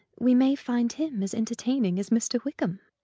we may find him as entertaining as mr. wickham.